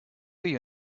you